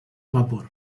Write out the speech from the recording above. vapor